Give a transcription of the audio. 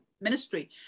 ministry